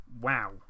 Wow